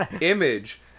image